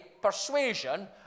persuasion